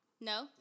No